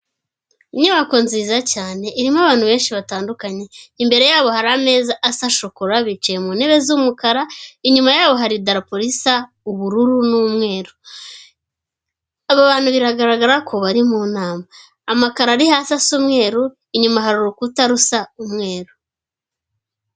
Inyubako nziza cyane irimo abantu benshi batandukanye, imbere yabo hari ameza asa shokora, bicaye mu ntebe z'umukara, inyuma yaho hari idarapo risa ubururu n'umweru, abo bantu biragaragara ko bari mu nama, amakaro ari hasi asa umweru, inyuma hari urukuta rusa umweru.